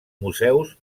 museus